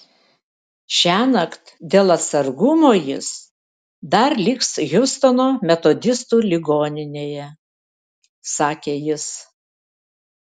šiąnakt dėl atsargumo jis dar liks hjustono metodistų ligoninėje sakė jis